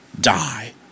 die